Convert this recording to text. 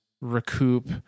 recoup